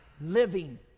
living